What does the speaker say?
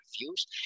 reviews